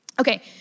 Okay